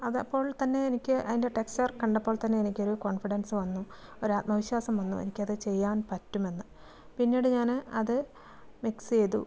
അതപ്പോൾത്തന്നെ എനിക്ക് അതിൻ്റെ ടെക്ച്ചർ കണ്ടപ്പോൾ തന്നെ എനിക്ക് കോൺഫിഡൻസ് വന്നു ഒരാത്മവിശ്വാസം വന്നു എനിക്കത് ചെയ്യാൻ പറ്റുമെന്ന് പിന്നീട് ഞാന് അത് മിക്സ് ചെയ്തു